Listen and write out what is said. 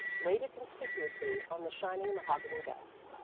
laid it conspicuously on the shining mahogany desk.